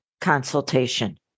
consultation